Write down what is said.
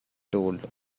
told